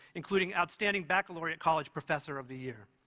including outstanding baccalaureate college professor of the year.